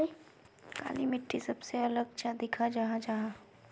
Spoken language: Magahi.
काली मिट्टी सबसे अलग चाँ दिखा जाहा जाहा?